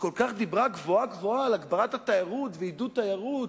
שדיברה גבוהה-גבוהה על הגברת התיירות ועידוד תיירות,